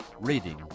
reading